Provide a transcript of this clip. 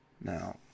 Now